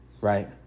Right